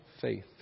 faith